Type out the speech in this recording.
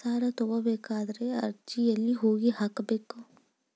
ಸಾಲ ತಗೋಬೇಕಾದ್ರೆ ಅರ್ಜಿ ಎಲ್ಲಿ ಹೋಗಿ ಹಾಕಬೇಕು?